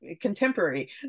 contemporary